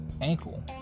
ankle